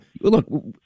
look